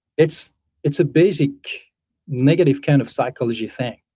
it's it's a basic negative kind of psychology thing.